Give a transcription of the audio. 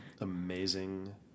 amazing